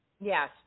Yes